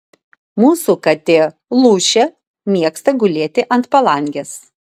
mūsų katė lūšė mėgsta gulėti ant palangės